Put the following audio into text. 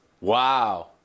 Wow